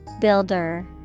Builder